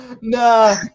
Nah